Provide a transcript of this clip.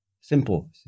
Simple